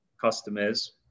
customers